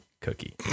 cookie